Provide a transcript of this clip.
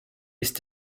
ist